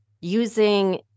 using